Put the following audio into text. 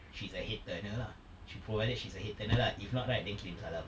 she's a head turner lah sh~ provided she's a head turner lah if not right then kirim salam